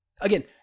Again